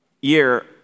year